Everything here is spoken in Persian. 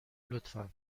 لطفا